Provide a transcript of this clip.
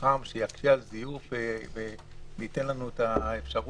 חכם שיקשה על זיוף ושייתן לנו את האפשרות